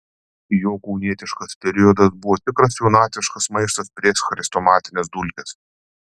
jo kaunietiškas periodas buvo tikras jaunatviškas maištas prieš chrestomatines dulkes